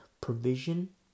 provision